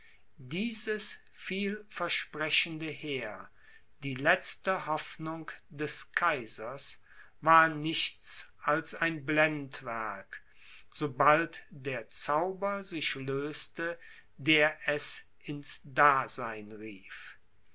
dieses vielversprechende heer die letzte hoffnung des kaisers war nichts als ein blendwerk sobald der zauber sich löste der es ins dasein rief